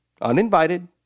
uninvited